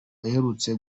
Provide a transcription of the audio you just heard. aherutse